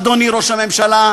אדוני ראש הממשלה,